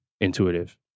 intuitive